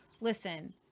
listen